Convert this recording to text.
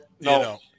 no